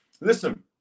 Listen